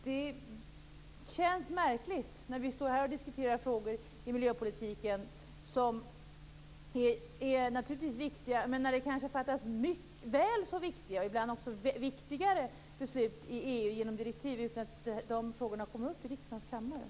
Det känns märkligt att vi står här och diskuterar frågor i miljöpolitiken, som naturligtvis är viktiga, när det kanske fattas väl så viktiga och ibland viktigare beslut i EU genom direktiv utan att frågorna kommer upp i riksdagens kammare.